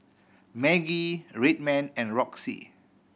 Maggi Red Man and Roxy